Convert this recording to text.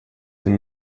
dem